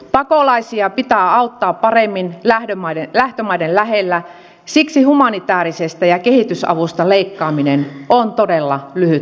pakolaisia pitää auttaa paremmin lähtömaiden lähellä siksi humanitäärisestä avusta ja kehitysavusta leikkaaminen on todella lyhytnäköistä